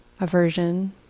aversion